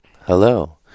Hello